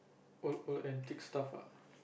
old old antique stuff ah